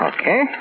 Okay